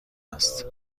است